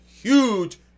huge